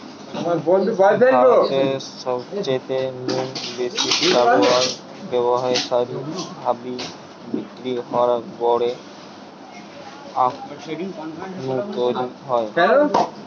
ভারতে সবচাইতে নু বেশি চালু ও ব্যাবসায়ী ভাবি বিক্রি হওয়া গুড় আখ নু তৈরি হয়